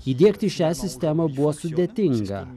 įdiegti šią sistemą buvo sudėtinga